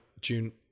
june